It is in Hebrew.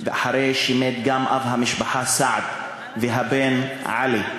אחרי שמתו גם אב המשפחה סעד והבן עלי.